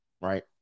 right